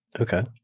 Okay